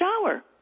shower